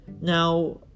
Now